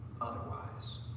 otherwise